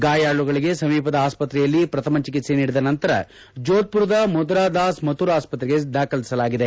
ಗಾಯಾಳುಗಳಿಗೆ ಸಮೀಪದ ಆಸ್ಪತ್ರೆಯಲ್ಲಿ ಪ್ರಥಮ ಚಿಕಿತ್ಸೆ ನೀಡಿದ ನಂತರ ಜೋದ್ಮರದ ಮಥುರಾದಾಸ್ ಮಥುರ್ ಅಸ್ತ್ರೆಗೆ ದಾಖಲಿಸಲಾಗಿದೆ